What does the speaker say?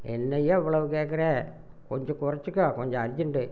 என்னய்யா இவ்வளோ கேட்கற கொஞ்சம் கொறைச்சிக்கோ கொஞ்சம் அர்ஜென்ட்டு